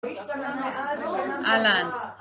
אהלן.